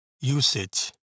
usage